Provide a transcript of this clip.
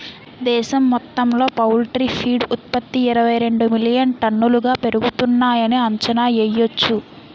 దేశం మొత్తంలో poultry feed ఉత్త్పతి ఇరవైరెండు మిలియన్ టన్నులుగా పెరుగుతున్నాయని అంచనా యెయ్యొచ్చు